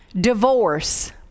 divorce